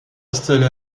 installé